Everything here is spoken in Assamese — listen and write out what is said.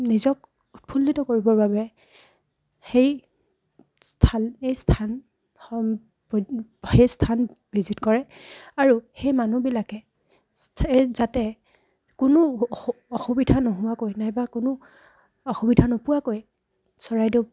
নিজক উৎফুল্লিত কৰিবৰ বাবে সেই স্থান এই স্থান হন সেই স্থান ভিজিট কৰে আৰু সেই মানুহবিলাকে যাতে কোনো অসুবিধা নোহোৱাকৈ নাইবা কোনো অসুবিধা নোপোৱাকৈ চৰাইদেউ